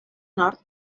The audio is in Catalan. nord